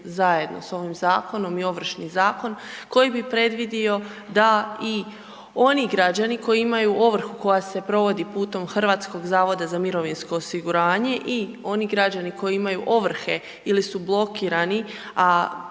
zajedno s ovim zakonom i Ovršni zakon koji bi predvidio da i oni građani koji imaju ovrhu koja se provodi putom HZMO-a i oni građani koji imaju ovrhe ili su blokirani, a